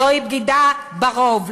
זו בגידה ברוב,